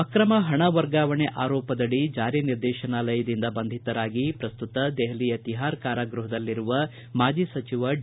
ಅಕ್ರಮ ಪಣ ವರ್ಗಾವಣೆ ಆರೋಪದಡಿ ಜಾರಿ ನಿರ್ದೇಶನಾಲಯದಿಂದ ಬಂಧಿತರಾಗಿ ಪ್ರಸ್ತುತ ದೆಹಲಿಯ ತಿಹಾರ್ ಕಾರಾಗೃಹದಲ್ಲಿರುವ ಮಾಜಿ ಸಚಿವ ಡಿ